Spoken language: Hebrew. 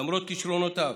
למרות כישרונותיו,